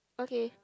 okay